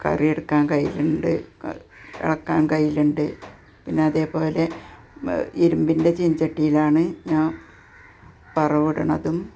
കറിയെടുക്കാൻ കയിലുണ്ട് ഇളക്കാൻ കയിലുണ്ട് പിന്നെ അതേപോലെ ഇരുമ്പിൻ്റെ ചീനച്ചട്ടിയിലാണ് ഞാൻ വറവിടുന്നതും